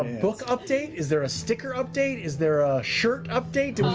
um book update? is there a sticker update? is there a shirt update?